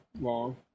long